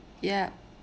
ya